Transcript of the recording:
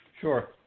Sure